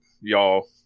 y'all